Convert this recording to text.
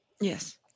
Yes